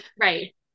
Right